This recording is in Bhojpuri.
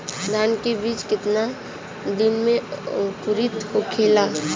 धान के बिज कितना दिन में अंकुरित होखेला?